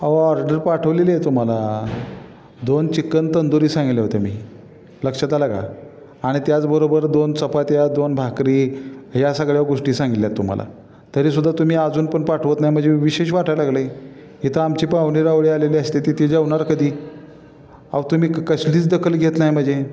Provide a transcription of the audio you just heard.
अहो ऑर्डर पाठवलेली आहे तुम्हाला दोन चिकन तंदुरी सांगितले होते मी लक्षात आलं का आणि त्याचबरोबर दोन चपात्या दोन भाकरी ह्या सगळ्या गोष्टी सांगितल्या आहेत तुम्हाला तरी सुद्धा तुम्ही अजून पण पाठवत नाही म्हणजे विशेष वाटाय लागलं आहे इथं आमची पाहुणे रावळे आलेली असते ते ते जेवणार कधी अहो तुम्ही कसलीच दखल घेत नाही म्हणजे